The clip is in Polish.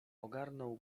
ogarnął